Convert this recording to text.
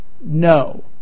No